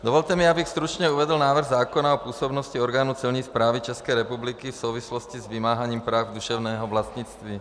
Dovolte mi, abych stručně uvedl návrh zákona o působnosti orgánů Celní správy České republiky v souvislosti s vymáháním práv duševního vlastnictví.